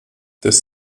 das